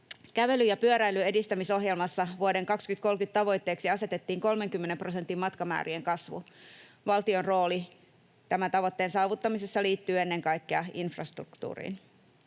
Kävelyn ja pyöräilyn edistämisohjelmassa vuoden 2030 tavoitteeksi asetettiin 30 prosentin matkamäärien kasvu. Valtion rooli tämän tavoitteen saavuttamisessa liittyy ennen kaikkea infrastruktuuriin.